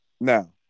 Now